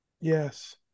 Yes